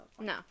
No